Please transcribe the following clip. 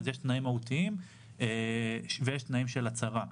יש תנאים מהותיים ויש תנאים של הצהרה.